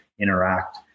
interact